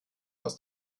aus